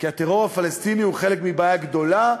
כי הטרור הפלסטיני הוא חלק מבעיה גדולה,